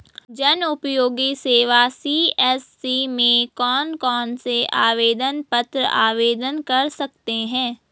जनउपयोगी सेवा सी.एस.सी में कौन कौनसे आवेदन पत्र आवेदन कर सकते हैं?